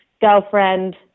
girlfriend